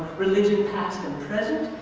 religion, past and present.